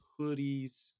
hoodies